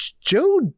Joe